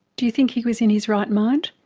do you think he was in his right mind?